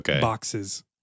boxes